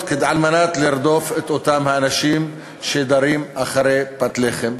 כדי לרדוף את אותם האנשים שתרים אחרי פת לחם.